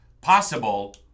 possible